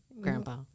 Grandpa